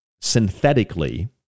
synthetically